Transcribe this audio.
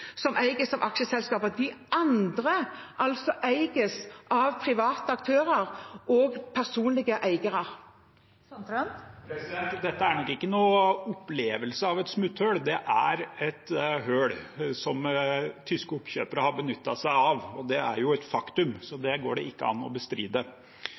eies som aksjeselskaper, de andre eies av private aktører og personlige eiere. Dette er nok ikke noen opplevelse av et smutthull, det er et hull som tyske oppkjøpere har benyttet seg av. Det er et faktum, så